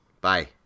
Bye